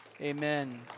amen